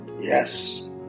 Yes